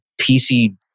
PC